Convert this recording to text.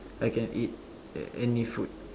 I can eat a~ any food